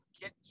get